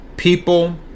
People